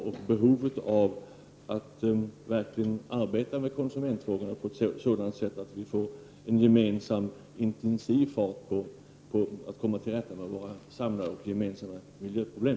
Behov finns av att verkligen arbeta med konsumentfrågorna på sådant sätt att farten blir intensiv när det gäller att komma till rätta med våra gemensamma miljöproblem.